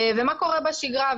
ומה קורה בשגרה?